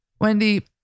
Wendy